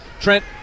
Trent